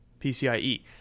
PCIe